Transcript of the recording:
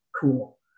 cool